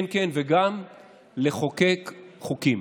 כן, כן, וגם לחוקק חוקים.